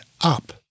up